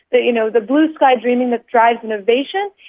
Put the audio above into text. but you know, the blue sky dreaming that drives innovation,